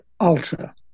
ultra